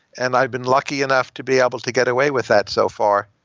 and i've been lucky enough to be able to get away with that so far.